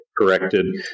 corrected